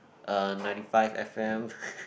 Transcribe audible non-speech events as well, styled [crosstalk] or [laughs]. uh ninety five F_M [laughs]